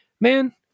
man